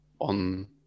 on